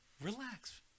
relax